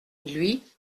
lui